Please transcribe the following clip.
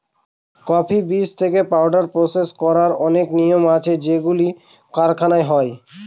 coffee বীজ থেকে powder process করার অনেক নিয়ম আছে যেগুলো কারখানায় হয়